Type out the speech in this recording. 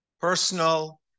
personal